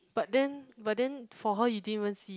but then but then for her you didn't even see